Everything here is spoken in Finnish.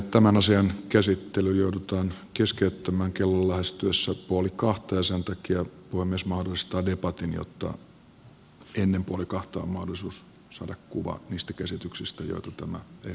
tämän asian käsittely joudutaan keskeyttämään kellon lähestyessä puoli kahta ja sen takia puhemies mahdollistaa debatin jotta ennen puoli kahta on mahdollista saada kuva niistä käsityksistä joita tämä ehdotus herättää